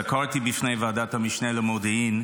סקרתי בפני ועדת המשנה למודיעין.